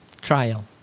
trial